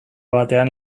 batean